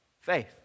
Faith